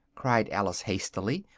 cried alice hastily,